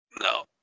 No